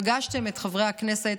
פגשתם את חברי הכנסת,